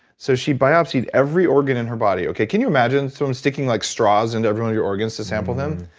so she biopsied every organ in her body. okay, can you imagine? someone so um sticking like straws into every one of your organs to sample them?